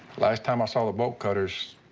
last time i saw the bolt cutters,